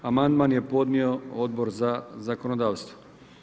Amandman je podnio Odbor za zakonodavstvo.